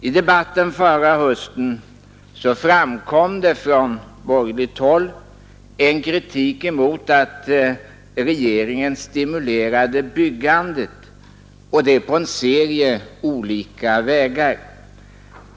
I debatten förra hösten framfördes från borgerligt håll kritik mot att regeringen stimulerade byggandet på en serie olika vägar.